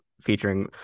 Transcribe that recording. featuring